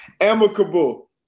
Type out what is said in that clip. Amicable